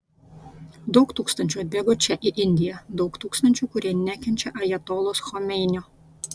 daug tūkstančių atbėgo čia į indiją daug tūkstančių kurie nekenčia ajatolos chomeinio